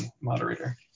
moderator